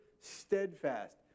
steadfast